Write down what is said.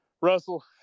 Russell